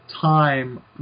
time